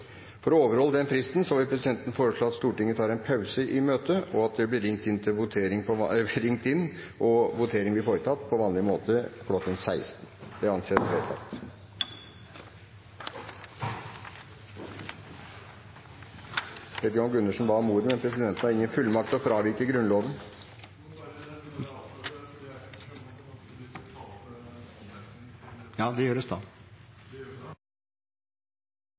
For å overholde denne fristen vil presidenten foreslå at Stortinget tar en pause i møtet, og at det blir ringt til og foretatt votering på vanlig måte kl. 16.00. – Det anses vedtatt. Møtet avbrutt kl. 14.23. Stortinget gjenopptok sine forhandlinger kl. 16.